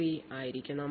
3 ആയിരിക്കണം